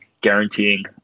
guaranteeing